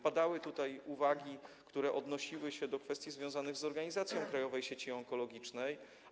Padały tutaj uwagi, które odnosiły się do kwestii związanych z organizacją krajowej sieci onkologicznej.